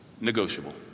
negotiable